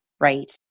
right